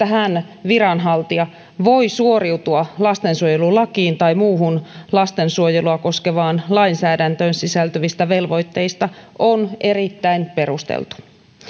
hän viranhaltija voi suoriutua lastensuojelulakiin tai muuhun lastensuojelua koskevaan lainsäädäntöön sisältyvistä velvoitteista on erittäin perusteltu